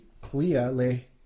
clearly